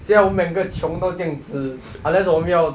siao 我们两个穷到这样子 unless 我们要